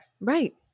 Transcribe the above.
Right